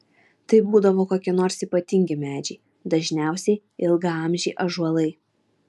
tai būdavo kokie nors ypatingi medžiai dažniausiai ilgaamžiai ąžuolai